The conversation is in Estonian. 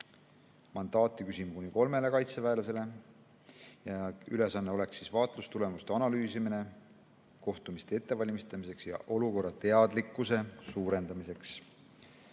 mandaati küsime kuni kolmele kaitseväelasele. [Nende] ülesanne oleks vaatlustulemuste analüüsimine kohtumiste ettevalmistamiseks ja olukorrast teadlikkuse suurendamiseks. Miks